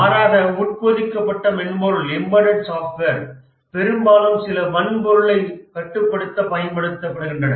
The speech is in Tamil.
மாறாக உட்பொதிக்கப்பட்ட மென்பொருள் பெரும்பாலும் சில வன்பொருட்களைக் கட்டுப்படுத்தப் பயன்படுகின்றன